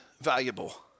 valuable